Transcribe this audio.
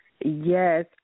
Yes